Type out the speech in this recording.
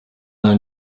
now